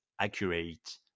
accurate